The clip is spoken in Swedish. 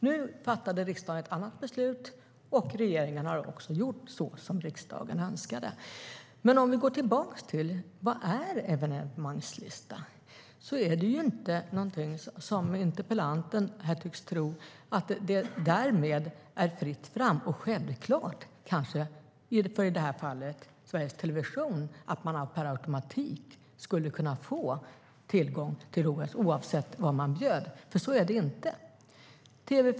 Nu fattade riksdagen ett annat beslut, och regeringen har gjort som riksdagen önskade. Vi går tillbaka till vad en evenemangslista är. Det var inte därmed, som interpellanten tycks tro, fritt fram och självklart att Sveriges Television per automatik skulle få tillgång till OS oavsett vad man bjöd. Så var det inte.